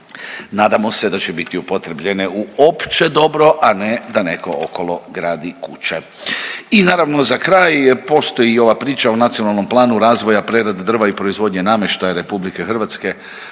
nadamo se da će biti upotrijebljene u opće dobro, a ne da netko okolo gradi kuće. I naravno, za kraj, postoji ova priča o nacionalnom planu razvoja prerade drva i proizvodnje namještaja RH